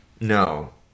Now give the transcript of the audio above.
No